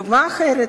דוגמה אחרת,